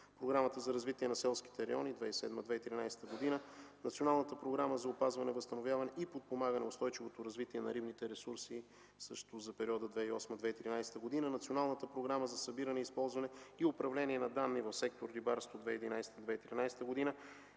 Програмата за развитие на селските райони 2007-2013 г., Националната програма за опазване, възстановяване и подпомагане на устойчивото развитие на рибните ресурси за периода 2008-2013 г., Националната програма за събиране, използване и управление на данни в сектор рибарство 2011-2013 г.,